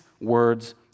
words